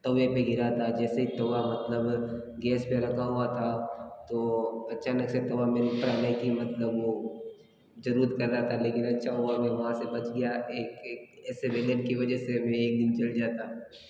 तवे पे गिरा था जैसे ही तवा मतलब गेस पे रखा हुआ था तो अचानक से तवा मेरे ऊपर आने की मतलब वो ज़रूरत कर रहा था लेकिन अच्छा हुआ मैं वहाँ से बच गया एक एक ऐसे बेलेन की वजह से मैं एक दिन जल जाता